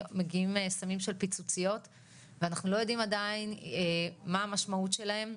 מגיעים סמים של פיצוציות ואנחנו לא יודעים עדיין מה המשמעות שלהם.